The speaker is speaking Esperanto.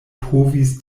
povis